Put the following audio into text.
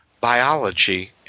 biology